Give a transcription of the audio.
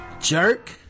jerk